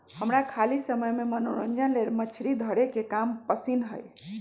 हमरा खाली समय में मनोरंजन लेल मछरी धरे के काम पसिन्न हय